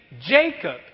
Jacob